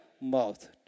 mouth